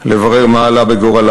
כדי לברר מה עלה בגורלם,